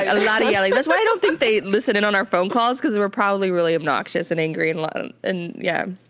a lot of yelling. that's why i don't think they listen in on our phone calls. because we're probably really obnoxious and angry and and and yeah,